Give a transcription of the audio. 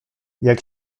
jak